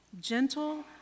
gentle